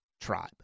Tribe